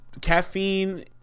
Caffeine